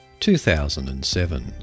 2007